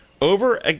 Over